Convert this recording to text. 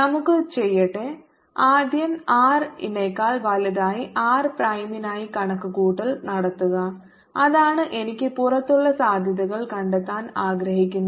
നമുക്ക് ചെയ്യട്ടെ ആദ്യം R നെക്കാൾ വലുതായി r പ്രൈമിനായി കണക്കുകൂട്ടൽ നടത്തുക അതാണ് എനിക്ക് പുറത്തുള്ള സാധ്യതകൾ കണ്ടെത്താൻ ആഗ്രഹിക്കുന്നത്